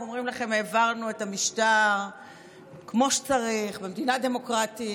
אנחנו אומרים לכם: העברנו את המשטר כמו שצריך במדינה דמוקרטית.